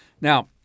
Now